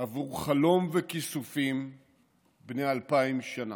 עבור חלום וכיסופים בני אלפיים שנה?